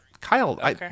Kyle